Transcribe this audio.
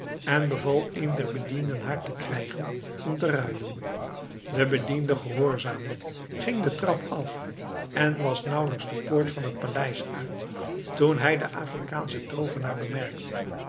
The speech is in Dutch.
en beval een der bedienden haar te krijgen en om te ruilen de bediende gehoorzaamde ging de trap af en was nauwelijks de poort van het paleis uit toen hij den afrikaanschen toovenaar bemerkte